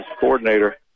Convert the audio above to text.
coordinator